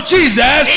Jesus